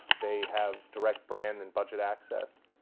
they have direct brand and budget access.